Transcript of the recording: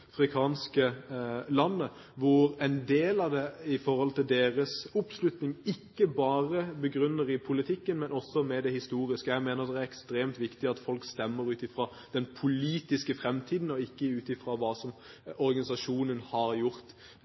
en del av deres oppslutning er ikke bare begrunnet i politikken, men også i det historiske. Jeg mener det er ekstremt viktig at folk stemmer ut fra den politiske framtiden, og ikke ut fra hva organisasjonen har gjort